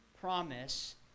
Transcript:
promise